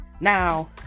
Now